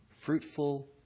fruitful